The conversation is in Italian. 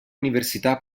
università